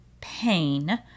pain